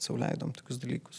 sau leidom tokius dalykus